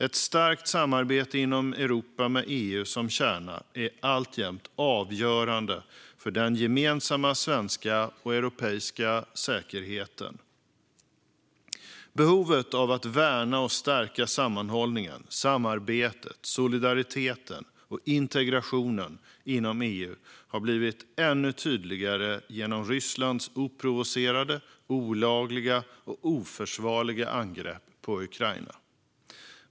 Ett starkt samarbete inom Europa med EU som kärna är alltjämt avgörande för den gemensamma svenska och europeiska säkerheten. Behovet av att värna och stärka sammanhållningen, samarbetet, solidariteten och integrationen inom EU har blivit ännu tydligare genom Rysslands oprovocerade, olagliga och oförsvarliga angrepp på Ukraina.